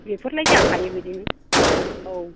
बेफोरलाय जाखायो बिदिनो औ